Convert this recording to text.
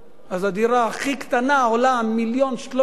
אז הדירה הכי קטנה עולה מיליון ו-300,